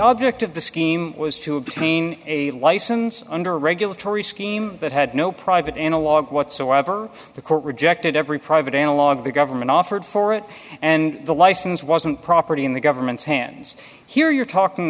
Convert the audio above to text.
object of the scheme was to obtain a license under a regulatory scheme that had no private analog whatsoever the court rejected every private analogue of the government offered for it and the license wasn't property in the government's hands here you're talking